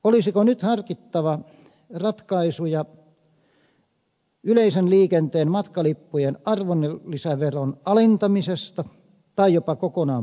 olisiko nyt harkittava ratkaisuja yleisen liikenteen matkalippujen arvonlisäveron alentamisesta tai jopa kokonaan poistamisesta